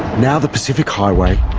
now the pacific highway,